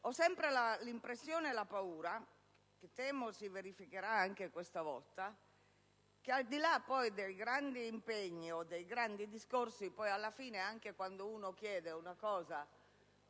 ho sempre l'impressione e la paura - temo si verificherà anche questa volta - che, al di là del grande impegno o dei grandi discorsi, alla fine, anche quando si chiede una cosa